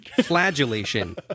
Flagellation